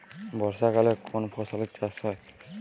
বর্ষাকালে কোন ফসলের চাষ হয়?